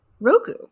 Roku